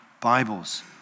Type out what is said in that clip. Bibles